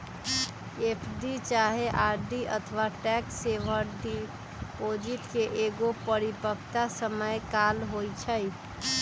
FD चाहे RD अथवा tax saver deposit के एगो परिपक्वता समय काल होइ छइ